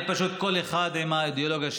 פשוט, כל אחד עם האידיאולוגיה שלו.